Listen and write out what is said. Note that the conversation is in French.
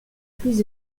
plus